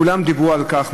כולם דיברו על כך,